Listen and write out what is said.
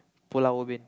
Pulau-Ubin